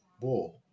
War